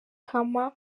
khama